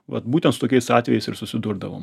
vat būtent su tokiais atvejais ir susidurdavom